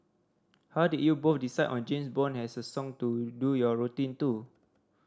how did you both decide on James Bond as a song to do your routine to